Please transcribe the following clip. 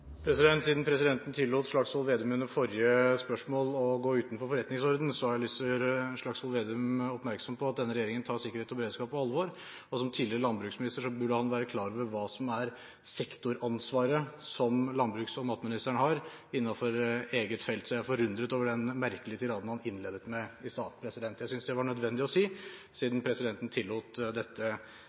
Siden presidenten tillot representanten Slagsvold Vedum under forrige spørsmål å gå utenfor forretningsordenen, har jeg lyst til å gjøre Slagsvold Vedum oppmerksom på at denne regjeringen tar sikkerhet og beredskap på alvor. Som tidligere landbruksminister burde han være klar over hva som er sektoransvaret som landbruks- og matministeren har innenfor eget felt, så jeg er forundret over den merkelige tiraden han innledet med i stad. Jeg synes dette var nødvendig å si, siden presidenten tillot dette